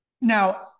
Now